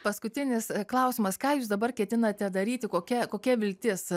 paskutinis klausimas ką jūs dabar ketinate daryti kokia kokia viltis